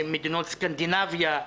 מדינות סקנדינביה,